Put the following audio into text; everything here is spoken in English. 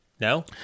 No